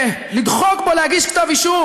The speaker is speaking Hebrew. ולדחוק בו להגיש כתב אישום,